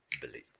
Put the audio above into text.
believe